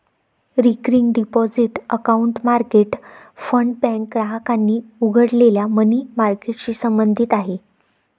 recurring deposit account market fund bank ग्राहकांनी उघडलेल्या money मार्केटशी संबंधित आहे